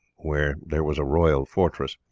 where there was a royal fortress,